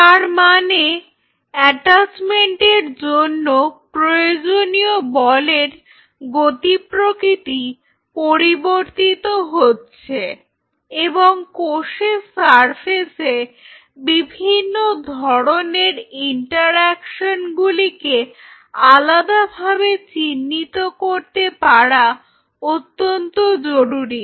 তার মানে অ্যাটাচমেন্ট এর জন্য প্রয়োজনীয় বলের গতি প্রকৃতি পরিবর্তিত হচ্ছে এবং কোষের সারফেসে বিভিন্ন ধরনের ইন্টারঅ্যাকশন গুলিকে আলাদাভাবে চিহ্নিত করতে পারা অত্যন্ত জরুরী